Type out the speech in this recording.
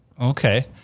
okay